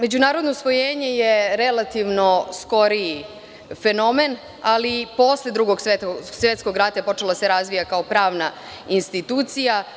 Međunarodno usvojenje je relativno skoriji fenomen, ali posle Drugog svetskog rata je počelo da se razvija kao pravna institucija.